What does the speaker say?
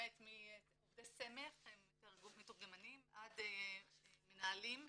באמת מעובדי סמך, מתורגמנים עד מנהלים,